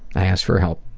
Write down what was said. i asked for help.